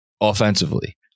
offensively